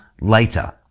later